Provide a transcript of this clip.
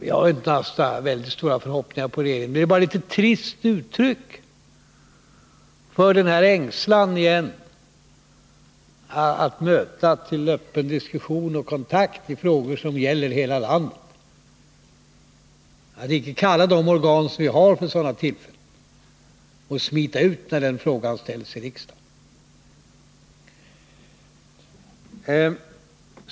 Jag har inte haft så väldigt stora förhoppningar på regeringen, men detta att icke kalla de organ som vi har för sådana tillfällen och att smita ut när frågan ställs i riksdagen är ett litet trist uttryck för denna ängslan att mötas till öppen diskussion och kontakt i frågor som gäller hela landet.